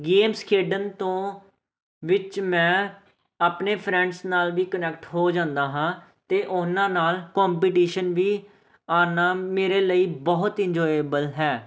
games ਖੇਡਣ ਤੋਂ ਵਿੱਚ ਮੈਂ ਆਪਣੇ ਫਰੈਂਡਸ ਨਾਲ ਵੀ ਕਨੈਕਟ ਹੋ ਜਾਂਦਾ ਹਾਂ ਅਤੇ ਉਹਨਾਂ ਨਾਲ ਕੋਂਪੀਟੀਸ਼ਨ ਵੀ ਆਉਂਦਾ ਮੇਰੇ ਲਈ ਬਹੁਤ ਇੰਜੋਏਬਲ ਹੈ